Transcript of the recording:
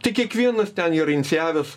tai kiekvienas ten yra inicijavęs